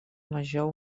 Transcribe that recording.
major